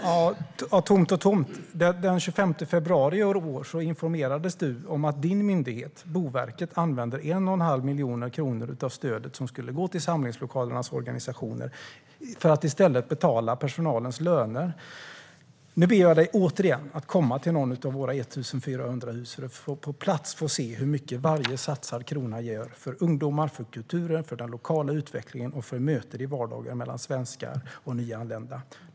Herr talman! Tomt och tomt, Alice Bah Kuhnke. Den 25 februari i år informerades du om att din myndighet Boverket använder en och en halv miljon kronor av det stöd som skulle gå till samlingslokalernas organisationer för att i stället betala personalens löner. Nu ber jag dig återigen att komma till något av våra 1 400 hus för att på plats se hur mycket varje satsad krona gör för ungdomar, för kulturen, för den lokala utvecklingen och för möten i vardagen mellan svenskar och nyanlända.